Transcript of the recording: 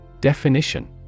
Definition